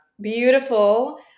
beautiful –